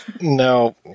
No